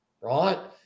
right